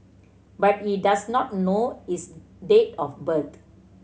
but he does not know his date of birth